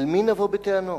אל מי נבוא בטענות?